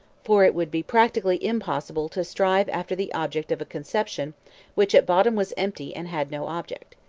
for it would be practically impossible to strive after the object of a conception which at bottom was empty and had no object.